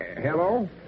Hello